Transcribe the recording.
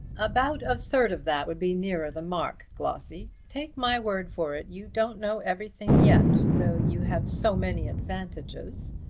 about a third of that would be nearer the mark, glossy. take my word for it, you don't know everything yet, though you have so many advantages.